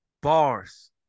Bars